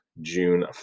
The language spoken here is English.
June